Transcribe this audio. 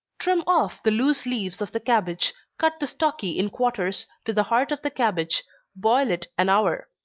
trim off the loose leaves of the cabbage, cut the stalky in quarters, to the heart of the cabbage boil it an hour.